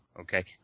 Okay